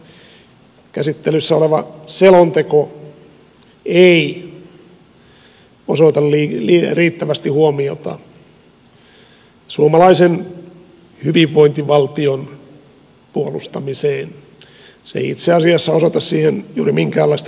tämä käsittelyssä oleva selonteko ei osoita riittävästi huomiota suomalaisen hyvinvointivaltion puolustamiseen se ei itse asiassa osoita siihen juuri minkäänlaista kiinnostusta